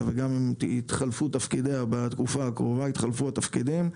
וגם אם בתקופה הקרובה יתחלפו התפקידים,